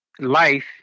life